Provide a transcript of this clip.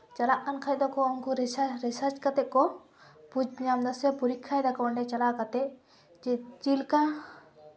ᱪᱟᱞᱟᱜ ᱠᱟᱱ ᱠᱷᱟᱡ ᱫᱚᱠᱚ ᱩᱱᱠᱩ ᱨᱤᱥᱟᱨᱪ ᱠᱟᱛᱮ ᱠᱚ ᱵᱩᱡᱽ ᱧᱟᱢ ᱫᱟᱥᱮ ᱯᱚᱨᱤᱠᱠᱷᱟᱭ ᱫᱟᱠᱚ ᱚᱸᱰᱮ ᱪᱟᱞᱟᱣ ᱠᱟᱛᱮ ᱪᱮᱫ ᱞᱮᱠᱟ